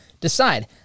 decide